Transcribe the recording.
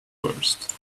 worst